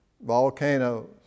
Volcanoes